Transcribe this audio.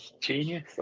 genius